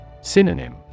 Synonym